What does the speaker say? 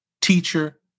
teacher